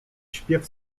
śpiew